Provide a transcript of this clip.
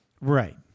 Right